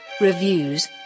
Reviews